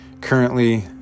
currently